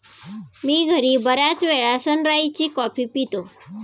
मी घरी बर्याचवेळा सनराइज ची कॉफी पितो